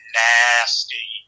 nasty